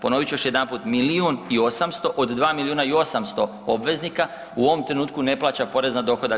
Ponovit ću još jedanput milijun i 800 od 2 milijuna i 800 obveznika u ovom trenutku ne plaća porez na dohodak.